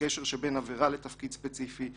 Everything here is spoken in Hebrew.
לקשר שבין עבירה לתפקיד ספציפי,